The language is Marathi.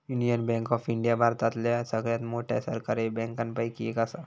युनियन बँक ऑफ इंडिया भारतातल्या सगळ्यात मोठ्या सरकारी बँकांपैकी एक असा